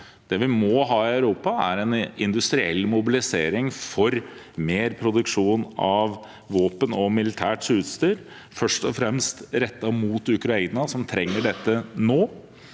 Det vi må ha i Europa, er en industriell mobilisering for mer produksjon av våpen og militært utstyr, først og fremst rettet mot Ukraina, som trenger dette nå.